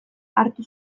hartu